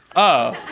oh.